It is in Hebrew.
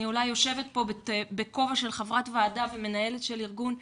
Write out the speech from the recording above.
אני אולי יושבת פה בכובע של חברת ועדה ומנהלת של ארגון,